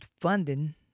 funding